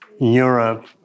Europe